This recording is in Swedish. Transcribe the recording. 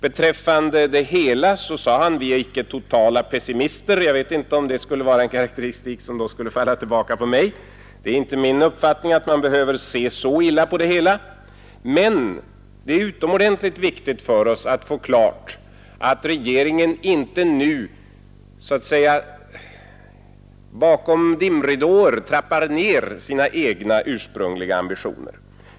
Beträffande problemet i stort sade han: Vi är icke totala pessimister. Jag vet inte om det var en karakteristik som skulle falla tillbaka på mig. Det är inte min uppfattning att man behöver se så mörkt på det hela. Men det är utomordentligt viktigt för oss att få klargjort att regeringen nu inte bakom dimridåer trappar ner sina egna ursprungliga ambitioner.